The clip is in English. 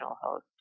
host